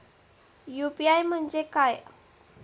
UPI म्हणजे काय?